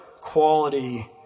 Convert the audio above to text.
quality